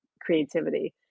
creativity